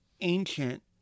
ancient